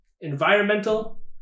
Environmental